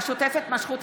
המשותפת משכו את